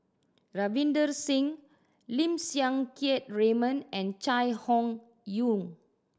Ravinder Singh Lim Siang Keat Raymond and Chai Hon Yoong